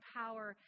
power